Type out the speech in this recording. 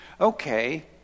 Okay